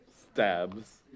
Stabs